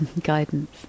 guidance